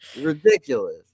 Ridiculous